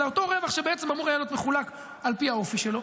אלא אותו רווח שאמור היה להיות מחולק על פי האופי שלו,